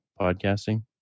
podcasting